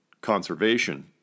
conservation